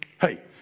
Hey